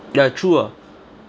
ya true ah